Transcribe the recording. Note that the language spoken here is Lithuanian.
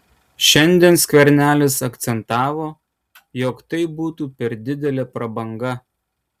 šiandien skvernelis akcentavo jog tai būtų per didelė prabanga